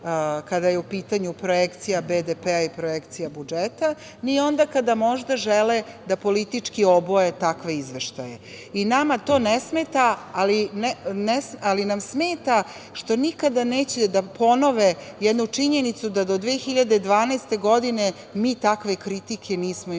kada je u pitanju projekcija BDP-a i projekcija budžeta, ni onda kada možda žele da politički oboje takve izveštaje. Nama to ne smeta, ali nam smeta što nikada neće da ponove jednu činjenicu, da do 2012. godine mi takve kritike nismo imali